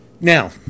Now